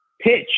pitch